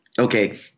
Okay